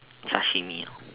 sashimi